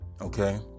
Okay